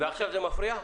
ועכשיו זה מפריע?